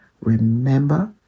Remember